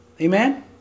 Amen